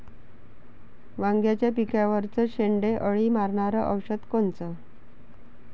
वांग्याच्या पिकावरचं शेंडे अळी मारनारं औषध कोनचं?